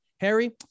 Harry